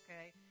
okay